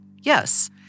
Yes